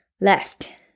left